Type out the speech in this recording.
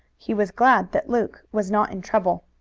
he was glad that luke was not in trouble.